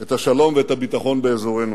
את השלום ואת הביטחון באזורנו.